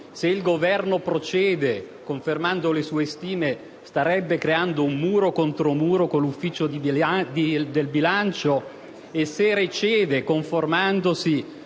se il Governo procede confermando le sue stime starebbe creando un muro contro muro con l'Ufficio del bilancio e se recede conformandosi